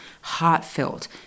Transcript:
heartfelt